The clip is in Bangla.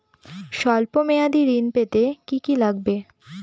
সল্প মেয়াদী ঋণ পেতে কি কি লাগবে?